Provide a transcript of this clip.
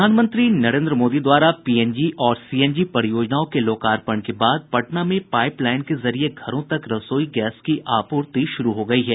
प्रधानमंत्री नरेन्द्र मोदी द्वारा पीएनजी और सीएनजी परियोजनाओं के लोकार्पण के बाद पटना में पाईप लाईन के जरिये घरों तक रसोई गैस की आपूर्ति शुरू हो गयी है